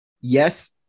yes